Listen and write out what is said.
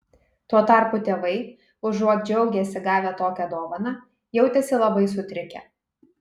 tuo tarpu tėvai užuot džiaugęsi gavę tokią dovaną jautėsi labai sutrikę